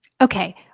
Okay